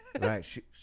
right